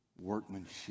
workmanship